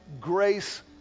grace